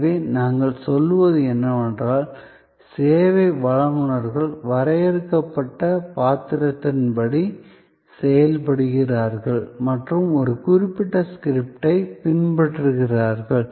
எனவே நாங்கள் சொல்வது என்னவென்றால் சேவை வழங்குநர்கள் வரையறுக்கப்பட்ட பாத்திரத்தின்படி செயல்படுகிறார்கள் மற்றும் ஒரு குறிப்பிட்ட ஸ்கிரிப்டைப் பின்பற்றுகிறார்கள்